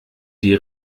die